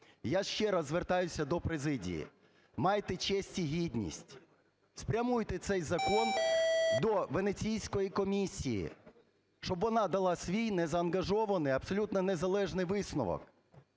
Я ще раз звертаюсь до президії: майте честь і гідність, спрямуйте цей закон до Венеційської комісії, щоб вона дала свій незаангажований, абсолютно незалежний висновок,